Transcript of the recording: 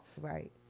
Right